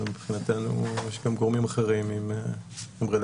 מבחינתנו יש גם גורמים אחרים רלוונטיים.